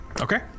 Okay